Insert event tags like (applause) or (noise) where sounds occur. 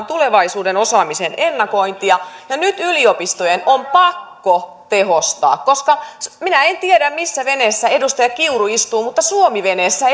(unintelligible) tulevaisuuden osaamisen ennakointia ja nyt yliopistojen on pakko tehostaa minä en en tiedä missä veneessä edustaja kiuru istuu mutta suomi veneessä (unintelligible)